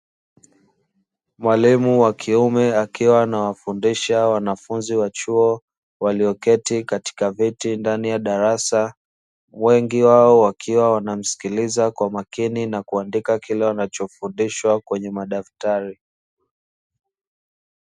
Mwalimu wa kiume akiwa anawafundisha wanafunzi wa chuo walioketi katika viti ndani ya darasa, wengi wao wakiwa wanamsikiliza kwa makini na kuandika kile wanachofundishwa kwenye madaftari.